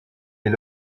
est